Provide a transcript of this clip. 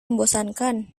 membosankan